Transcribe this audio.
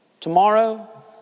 Tomorrow